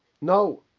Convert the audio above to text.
no